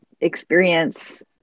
experience